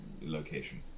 location